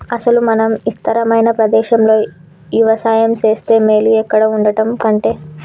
అసలు మనం ఇస్తారమైన ప్రదేశంలో యవసాయం సేస్తే మేలు ఇక్కడ వుండటం కంటె